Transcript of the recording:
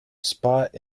spot